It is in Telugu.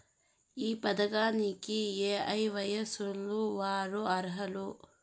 ఈ పథకానికి ఏయే వయస్సు వారు అర్హులు?